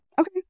Okay